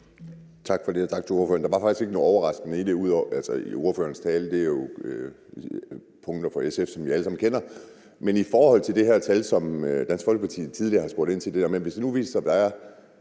Tak for det. Og tak til ordføreren. Der var faktisk ikke noget overraskende i ordførerens tale. Det er jo punkter fra SF's side, som vi alle sammen kender. Men i forhold til det her tal, som Dansk Folkeparti tidligere har spurgt ind til, vil jeg høre, om SF –